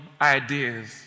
ideas